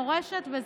מורשת,